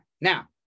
Now